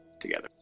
together